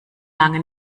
lange